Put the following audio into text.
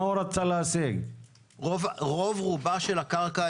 רוב רובה של הקרקע,